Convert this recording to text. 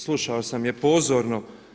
Slušao sam je pozorno.